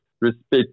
respect